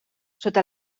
sota